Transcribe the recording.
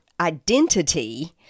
identity